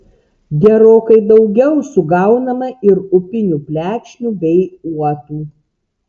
gerokai daugiau sugaunama ir upinių plekšnių bei uotų